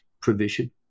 provision